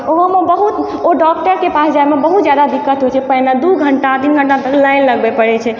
ओहोमे बहुत ओ डॉक्टरके पास जाहिमे बहुत जादा दिक्कत होइ छै पहिने दू घण्टा तीन घण्टा तक लानि लगबै पड़ै छै